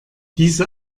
diese